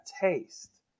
taste